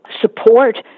support